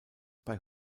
bei